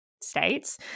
states